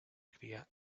cría